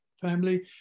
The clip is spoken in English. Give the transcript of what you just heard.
family